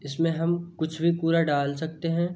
इसमें हम कुछ भी कूड़ा डाल सकते हैं